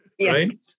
right